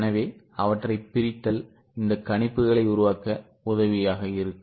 எனவே அவற்றை பிரித்தல் இந்த கணிப்புகளை உருவாக்க உதவியாக இருக்கும்